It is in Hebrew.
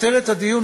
כותרת הדיון,